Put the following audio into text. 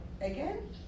Again